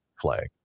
flag